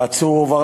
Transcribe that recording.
העצור הועבר,